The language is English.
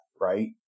Right